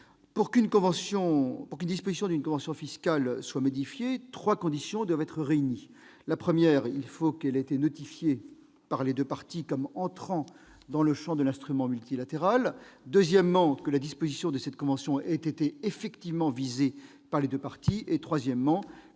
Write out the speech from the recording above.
Pour qu'une disposition d'une convention fiscale soit modifiée, trois conditions doivent être réunies : premièrement, qu'elle ait été notifiée par les deux parties comme entrant dans le champ de l'instrument multilatéral ; deuxièmement, que la disposition de cette convention ait été effectivement visée par les deux parties ; troisièmement,